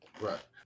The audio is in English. Right